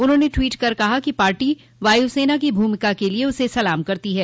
उन्होंने ट्वीट कर कहा कि पार्टी वायुसेना की भूमिका के लिए उसे सलाम करती है